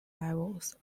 levels